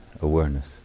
awareness